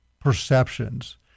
perceptions